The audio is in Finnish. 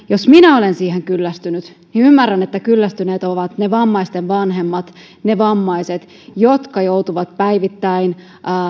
jos minä olen siihen kyllästynyt niin ymmärrän että kyllästyneitä ovat ne vammaisten vanhemmat ne vammaiset jotka joutuvat päivittäin